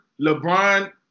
LeBron